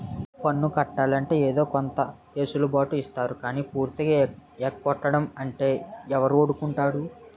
పన్ను కట్టాలంటే ఏదో కొంత ఎసులు బాటు ఇత్తారు గానీ పూర్తిగా ఎగ్గొడతాం అంటే ఎవడూరుకుంటాడు